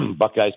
Buckeyes